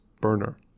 Burner